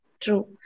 True